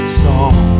song